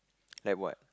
like what